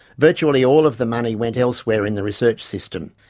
virtually all of the money went elsewhere in the research system.